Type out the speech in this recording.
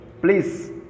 Please